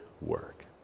work